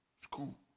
school